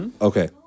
Okay